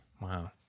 wow